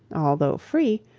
although free,